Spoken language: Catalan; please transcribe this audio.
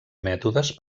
mètodes